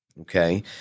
Okay